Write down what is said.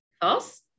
False